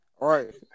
Right